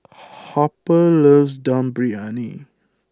Harper loves Dum Briyani